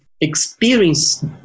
experience